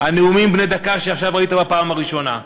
הנאומים בני דקה שעכשיו ראית בפעם הראשונה,